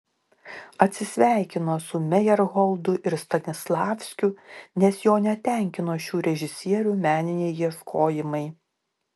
atsisveikino su mejerholdu ir stanislavskiu nes jo netenkino šių režisierių meniniai ieškojimai